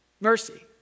Mercy